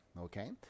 okay